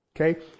Okay